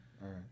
right